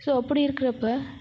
so அப்படி இருக்குறப்போ